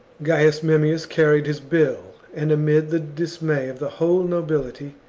gaius memmius carried his bill, and amid the dismay of the whole nobility,